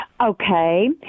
Okay